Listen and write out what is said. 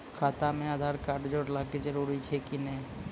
खाता म आधार कार्ड जोड़वा के जरूरी छै कि नैय?